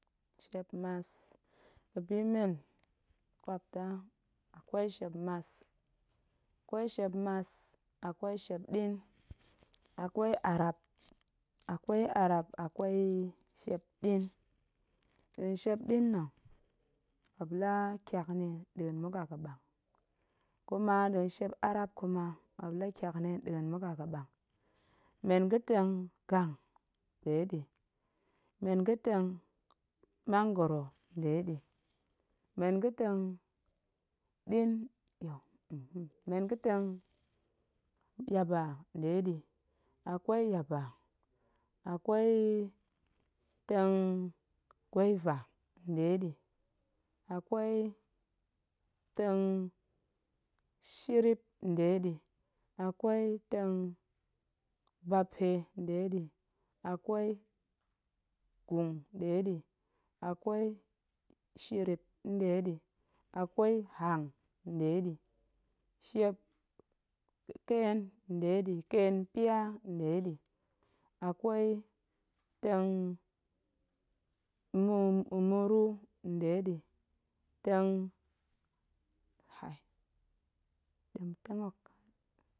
Shiepmas ga̱bi men ƙwapnda akwei shiepmas, akwei shiepɗian, akwei arap, akwei arap, akwei shiepɗian, nɗa̱a̱n shiepɗian nna̱, muop la kyak ni nɗa̱a̱n muk a ga̱ɓang, kuma nɗa̱a̱n shiep arap kuma muop la kyak ni nɗa̱a̱n muk a ga̱ɓang, teng gang nɗeɗi, men ga̱teng mangoro nɗeɗi, men ga̱teng ɗian nɗeɗi, men ga̱teng yaba nɗeɗi, akwei yaba, akwei teng gwaiva nɗeɗi, akwei teng shirip nɗeɗi, akwei teng bapa nɗeɗi, akwei gung nɗeɗi, akwei shirip nɗeɗi, akwei hang nɗeɗi, shiep nƙeen nɗeɗi, ƙeen pya nɗeɗi, akwei teng muro nɗeɗi, ɗem teng hok.